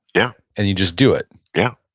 yeah and you just do it yeah,